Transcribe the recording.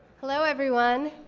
hello everyone.